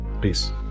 peace